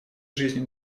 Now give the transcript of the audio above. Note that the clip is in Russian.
жизни